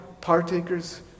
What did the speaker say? partakers